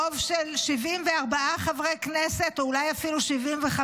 ברוב של 74 חברי כנסת, או אולי אפילו 75,